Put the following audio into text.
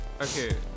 Okay